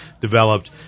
developed